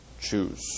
choose